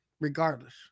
regardless